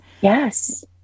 yes